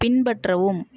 பின்பற்றவும்